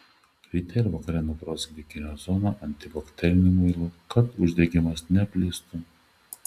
ryte ir vakare nuprausk bikinio zoną antibakteriniu muilu kad uždegimas neplistų